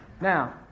Now